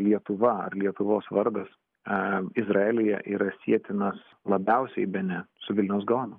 lietuva ar lietuvos vardas a izraelyje yra sietinas labiausiai bene su vilniaus gaonu